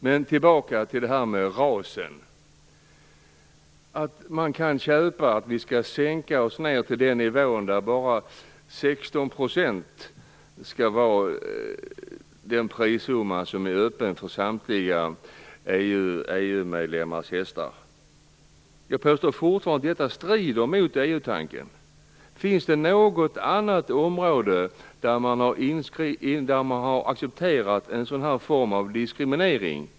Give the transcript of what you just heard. Men tillbaka till frågorna om ras, och att man skulle köpa att vi skall sänka oss ned till en nivå där bara 16 % av prissumman skall vara öppen för samtliga EU-medlemmars hästar. Jag påstår fortfarande att det strider mot EU-tanken. Finns det något annat område där man har accepterat en sådan här form av diskriminering?